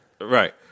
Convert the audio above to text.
right